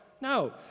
No